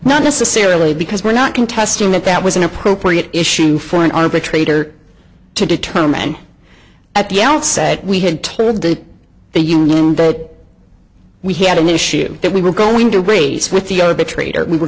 not necessarily because we're not contesting that that was an appropriate issue for an arbitrator to determine at the outset we had told the the union that we had an issue that we were going to raise with the arbitrator we were